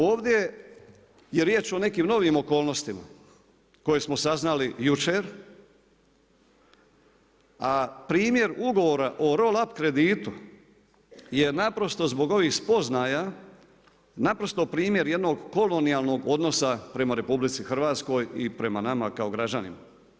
Ovdje je riječ o nekim novim okolnostima koje smo saznali jučer a primjer ugovora o roll up kreditu je naprosto zbog ovih spoznaja, naprosto primjer jednog kolonijalnog odnosa prema RH i prema nama kao građanima.